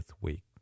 week